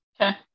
Okay